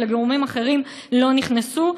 וגורמים אחרים לא נכנסו.